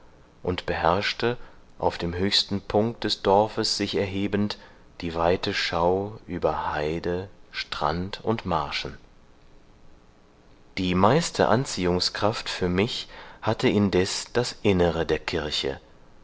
und beherrschte auf dem höchsten punkt des dorfes sich erhebend die weite schau über heide strand und marschen die meiste anziehungskraft für mich hatte indes das innere der kirche